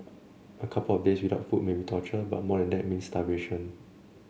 a couple of days without food may be torture but more than that means starvation